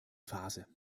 phase